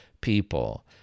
people